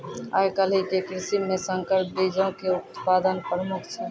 आइ काल्हि के कृषि मे संकर बीजो के उत्पादन प्रमुख छै